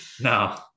No